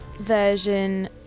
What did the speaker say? version